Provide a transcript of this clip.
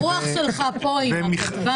הרוח שלך כאן אתנו.